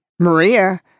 Maria